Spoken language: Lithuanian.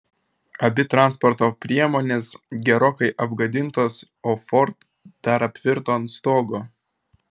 abi transporto priemonės gerokai apgadintos o ford dar apvirto ant stogo